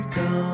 go